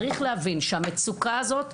צריך להבין שהמצוקה הזאת,